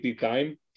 time